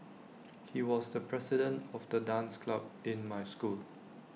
he was the president of the dance club in my school